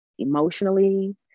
emotionally